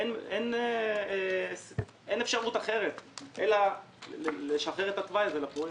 אין אפשרות אחרת אלא לשחרר את התוואי הזה לפרויקט.